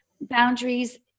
boundaries